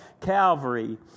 Calvary